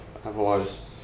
otherwise